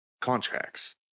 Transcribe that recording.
contracts